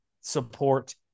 support